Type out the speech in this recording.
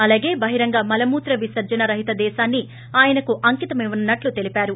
అలాగే బహిరంగ మలమూత్ర విసర్లన రహిత దేశాన్ని ఆయనకు అంకితమివ్వనున్నట్లు తెలిపారు